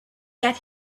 get